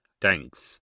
Thanks